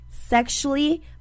sexually